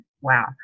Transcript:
wow